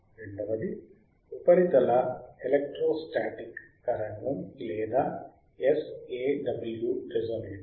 రెండవది ఉపరితల ఎకోస్టికల్ తరంగం లేదా SAW రేజోనేటర్